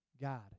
God